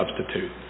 substitute